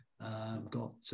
got